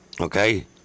Okay